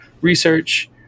research